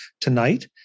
tonight